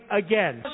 again